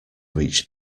reach